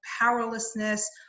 powerlessness